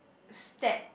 step